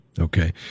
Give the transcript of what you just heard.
Okay